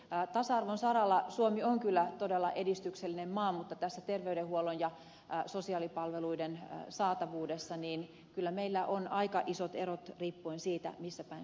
tasa arvon saralla suomi on kyllä todella edistyksellinen maa mutta terveydenhuollon ja sosiaalipalveluiden saatavuudessa meillä on kyllä aika isot erot riippuen siitä missä päin suomea asuu